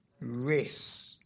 race